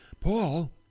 Paul